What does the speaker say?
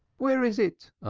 where is it?